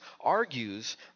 argues